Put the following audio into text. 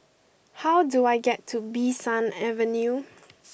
how do I get to Bee San Avenue